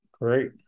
Great